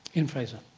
and fraser.